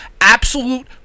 absolute